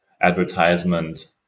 advertisement